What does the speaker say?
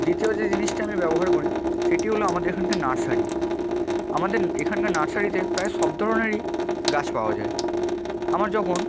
দ্বিতীয় যে জিনিসটি আমি ব্যবহার করি সেটি হল আমাদের এখানকার নার্সারি আমাদের এখানকার নার্সারিতে প্রায় সব ধরনেরই গাছ পাওয়া যায় আমার যখন